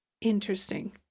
Interesting